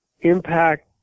impact